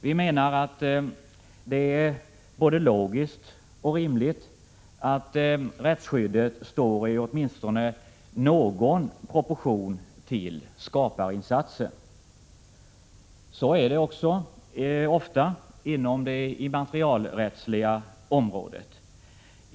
Vi menar att det är både logiskt och rimligt att rättsskyddet står i åtminstone någon proportion till skaparinsatsen. Så är det också ofta på det immaterialrättsliga området.